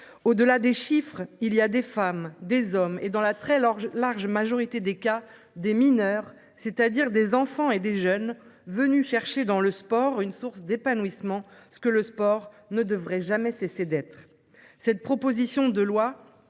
Au-delà des chiffres il y a des femmes, des hommes et dans la très large large majorité des cas, des mineurs, c'est-à-dire des enfants et des jeunes venus chercher dans le sport, une source d'épanouissement. Ce que le sport ne devrait jamais cesser d'être. Cette proposition de loi